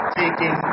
taking